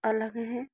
अलग हैं